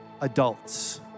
adults